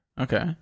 Okay